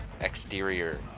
exterior